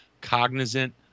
cognizant